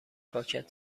پاکت